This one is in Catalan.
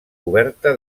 coberta